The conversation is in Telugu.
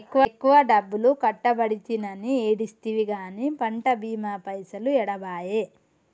ఎక్కువ డబ్బులు కట్టబడితినని ఏడిస్తివి గాని పంట బీమా పైసలు ఏడబాయే